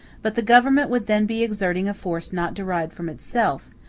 but the government would then be exerting a force not derived from itself,